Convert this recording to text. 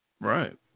Right